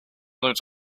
looked